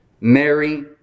Mary